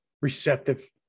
receptive